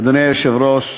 אדוני היושב-ראש,